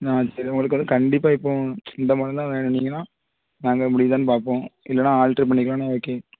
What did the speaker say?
ஆ சரி உங்களுக்கு வந்து கண்டிப்பாக இப்போது இந்த மரம் தான் வேணுன்னீங்கன்னால் நாங்கள் முடியுதானு பார்ப்போம் இல்லைன்னா ஆல்ட்டர் பண்ணிக்கலான்னா ஓகே